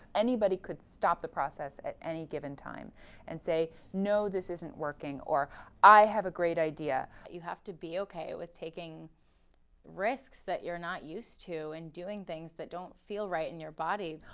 anybody could stop the process at any given time and say no, this isn't working or i have a great idea. you have to be okay with taking risks that you're not used to and doing things that don't feel right in your body.